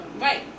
right